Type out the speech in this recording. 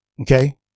Okay